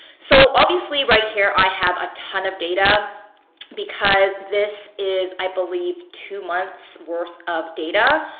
so obviously right here i have a ton of data because this is, i believe, two months worth of data.